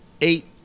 eight